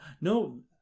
no